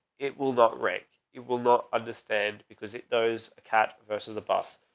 it will not rank. it will look understand because it knows a cat versus a bus.